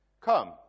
come